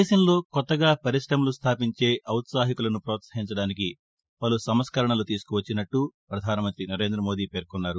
దేశంలో కొత్తగా పరిశమలు స్టాపించే ఔత్సాహికులను పోత్సహించడానికి పలు సంస్కరణలు తీసుకువచ్చినట్లు పధానమంతి నరేంధ మోదీ పేర్కొన్నారు